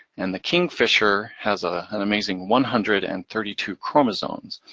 and the kingfisher has ah an amazing one hundred and thirty two chromosomes.